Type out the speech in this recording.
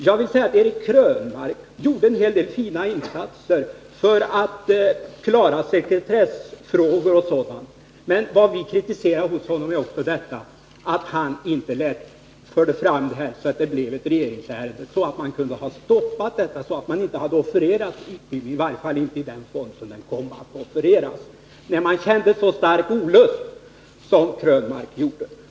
Jag vill säga att Eric Krönmark gjorde en hel del fina insatser för att klara sekretessfrågor och annat, men vi kritiserar att han inte förde fram det hela till ett regeringsärende, så att det hade kunnat stoppas och utbildning inte hade offererats — i varje fall inte i den form den kom att offereras. Detta borde herr Krönmark ha gjort när han kände så stark olust som han gjorde.